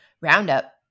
Roundup